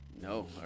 no